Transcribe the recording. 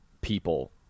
people